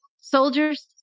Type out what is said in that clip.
soldiers